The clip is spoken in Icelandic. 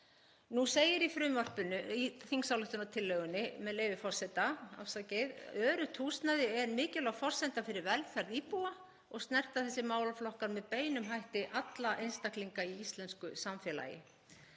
Nú segir í þingsályktunartillögunni, með leyfi forseta: „Öruggt húsnæði er mikilvæg forsenda fyrir velferð íbúa og snerta þessir málaflokkar með beinum hætti alla einstaklinga í íslensku samfélagi.